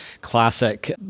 classic